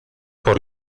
por